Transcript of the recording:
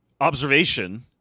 observation